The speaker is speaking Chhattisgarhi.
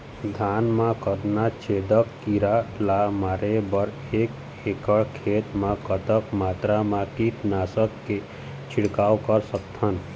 धान मा कतना छेदक कीरा ला मारे बर एक एकड़ खेत मा कतक मात्रा मा कीट नासक के छिड़काव कर सकथन?